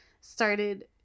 started